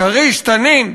"כריש", "תנין".